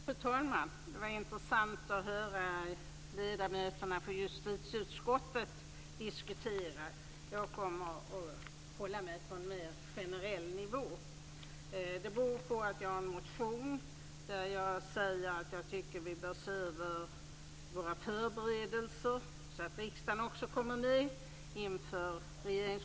Fru talman! Det var intressant att höra ledamöterna från justitieutskottet diskutera. Jag kommer att hålla mig på en mer generell nivå. Anledningen till detta är att jag har väckt en motion där jag framhåller att jag tycker att vi bör se över våra förberedelser inför regeringskonferenser, så att också riksdagen kommer med.